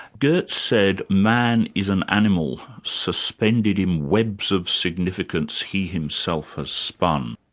geertz said man is an animal suspended in webs of significance he himself has spun,